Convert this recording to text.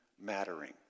mattering